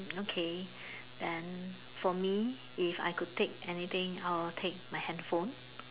okay then for me if I could take anything I would take my handphone